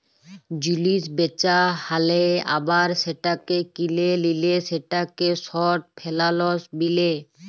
জিলিস বেচা হ্যালে আবার সেটাকে কিলে লিলে সেটাকে শর্ট ফেলালস বিলে